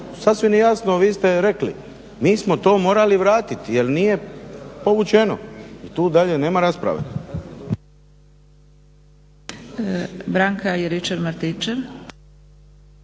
sasvim je jasno, vi ste rekli mi smo to morali vratiti jer nije povučeno i tu dalje nema rasprave.